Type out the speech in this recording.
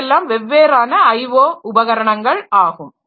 அவையெல்லாம் வெவ்வேறான IO உபகரணங்கள் ஆகும்